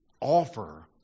offer